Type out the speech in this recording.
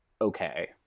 okay